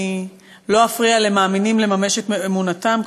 אני לא אפריע למאמינים לממש את אמונתם.